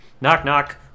Knock-knock